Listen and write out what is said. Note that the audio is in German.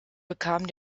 bekam